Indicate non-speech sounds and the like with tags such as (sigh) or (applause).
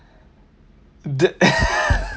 the (laughs)